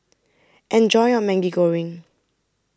Enjoy your Maggi Goreng